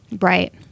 right